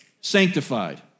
sanctified